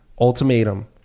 ultimatum